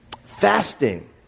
Fasting